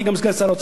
עשו את זה כבר.